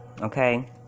okay